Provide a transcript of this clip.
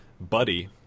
Buddy